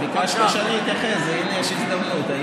ביקשת שאני אתייחס, והינה יש הזדמנות.